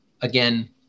again